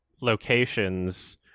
locations